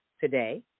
today